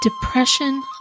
Depression